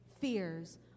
fears